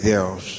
Deus